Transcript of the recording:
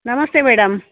ನಮಸ್ತೆ ಮೇಡಮ್